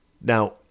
Now